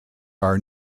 are